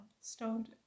stoned